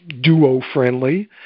duo-friendly